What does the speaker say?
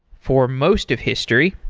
for most of history,